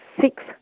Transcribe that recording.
six